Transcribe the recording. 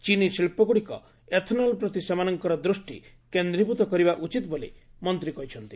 ଚିନି ଶିକ୍ଷଗୁଡ଼ିକ ଏଥନଲ ପ୍ରତି ସେମାନଙ୍କର ଦୂଷ୍ଟି କେନ୍ଦ୍ରୀଭୂତ କରିବା ଉଚିତ୍ ବୋଲି ମନ୍ତ୍ରୀ କହିଚ୍ଛନ୍ତି